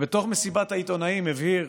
בתוך מסיבת העיתונאים הבהיר